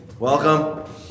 Welcome